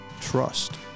trust